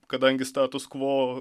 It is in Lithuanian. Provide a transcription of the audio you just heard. kadangi status kvo